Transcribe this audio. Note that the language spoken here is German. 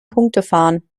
punktefahren